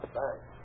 Thanks